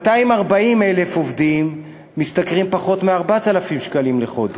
240,000 עובדים משתכרים פחות מ-4,000 שקלים לחודש,